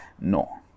no